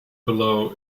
below